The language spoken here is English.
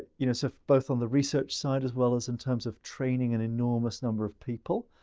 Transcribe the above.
you know, so both on the research side as well as in terms of training an enormous number of people.